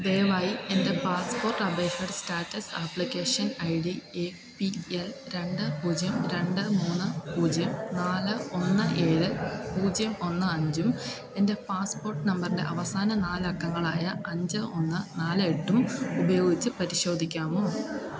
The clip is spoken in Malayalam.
ദയവായി എൻ്റെ പാസ്പോർട്ട് അപേക്ഷയുടെ status application I D A P L രണ്ട് പൂജ്യം രണ്ട് മൂന്ന് പൂജ്യം നാല് ഒന്ന് ഏഴ് പൂജ്യം ഒന്ന് അഞ്ചും എൻ്റെ പാസ്പോർട്ട് നമ്പറിൻ്റെ അവസാന നാല് അക്കങ്ങളായ അഞ്ച് ഒന്ന് നാല് എട്ടും ഉപയോഗിച്ച് പരിശോധിക്കാമോ